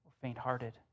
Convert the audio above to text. Faint-hearted